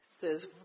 says